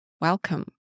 welcome